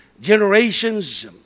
generations